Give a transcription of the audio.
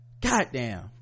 goddamn